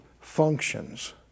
functions